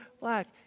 black